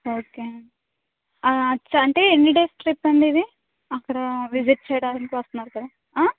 okay అచ్ఛా అంటే ఎన్ని డేస్ ట్రిప్ అండి ఇది అక్కడ విజిట్ చెయ్యడానికి వస్తున్నారు కదా